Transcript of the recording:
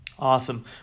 Awesome